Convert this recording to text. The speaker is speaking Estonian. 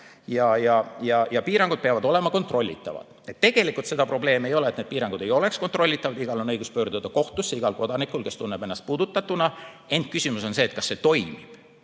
ja piirangud peavad olema kontrollitavad, siis tegelikult seda probleemi ei ole, et need piirangud ei oleks kontrollitavad, igaühel on õigus pöörduda kohtusse, igal kodanikul, kes tunneb ennast puudutatuna. Ent küsimus on see, kas see toimib.